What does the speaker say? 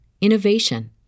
innovation